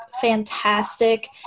fantastic